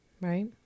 Right